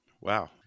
Wow